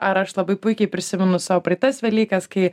ar aš labai puikiai prisimenu sau praeitas velykas kai